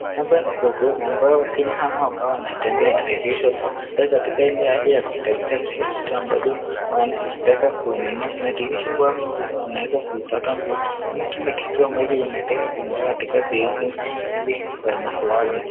Hapa ni sokoni ambayo wakenya hawa ambao wanatembea wanahadhihirisha kuwa wako katika ile hali kuitafuta kile kitu ambayo wanaitaka kuinunua .Inahidhirisha kuwa hii sehemu unaweza kuipata nguo ama kile kitu ambacho unataka kununua katika sehemu hili la masokoni.